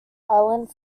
island